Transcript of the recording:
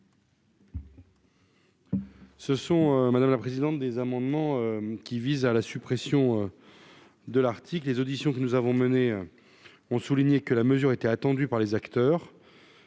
Ce sont, madame la présidente des amendements qui visent à la suppression de l'article, les auditions que nous avons menées ont souligné que la mesure était attendue par les acteurs,